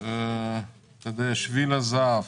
שביל הזהב,